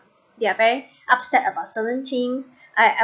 they're very upset about certain things I